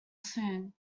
soon